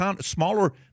smaller